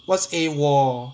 what's A_W_O_L